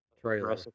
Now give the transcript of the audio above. trailer